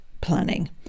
planning